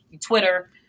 Twitter